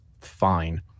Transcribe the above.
fine